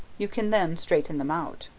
you can then straighten them out.